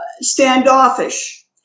standoffish